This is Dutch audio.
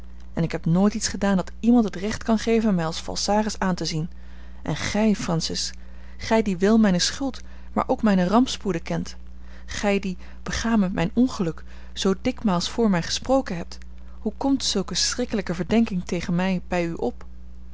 en ik heb nooit iets gedaan dat iemand het recht kan geven mij als falsaris aan te zien en gij francis gij die wel mijne schuld maar ook mijne rampspoeden kent gij die begaan met mijn ongeluk zoo dikmaals voor mij gesproken hebt hoe komt zulke schrikkelijke verdenking tegen mij bij u op